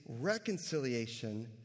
reconciliation